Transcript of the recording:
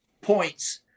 points